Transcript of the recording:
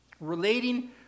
relating